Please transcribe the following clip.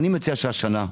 אני מציע שהשנה ל-23'